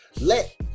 let